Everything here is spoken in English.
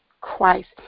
Christ